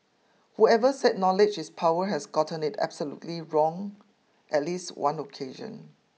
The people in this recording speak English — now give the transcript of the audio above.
whoever said knowledge is power has gotten it absolutely wrong at least one occasion